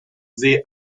see